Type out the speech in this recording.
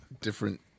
different